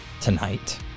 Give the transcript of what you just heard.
tonight